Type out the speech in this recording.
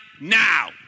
now